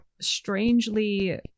strangely